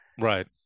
right